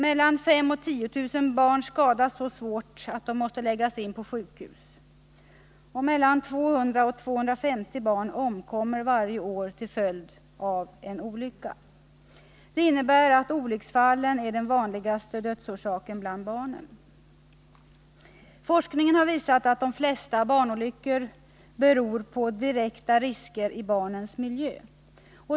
Mellan 5 0C0 och 10 000 barn skadas så svårt att de måste läggas in på sjukhus. 200-250 barn omkommer varje år till följd av olycksfall. Det innebär att olycksfallen är den vanligaste dödsorsaken bland barnen. Forskningen har visat att de flesta barnolyckor beror på direkta risker i barnens miljö.